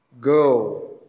go